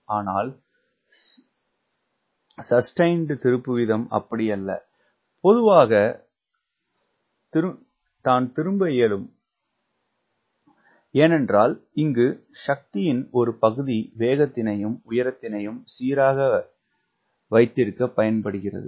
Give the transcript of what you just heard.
ஆனால் சஸ்டெயிண்டு திருப்பு வீதம் அப்படியல்ல மெதுவாவகத் தான் திருப்ப இயலும் ஏனென்றால் இங்கு சக்தியின் ஒரு பகுதி வேகத்தினையும் உயரத்தினையும் சீராகவைத்திருக்கப்பயன்படுகிறது